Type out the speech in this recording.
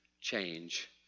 Change